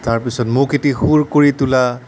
তাৰ পিছত মোক এটি সুৰ কৰি তুলা